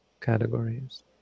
categories